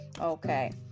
Okay